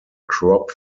crop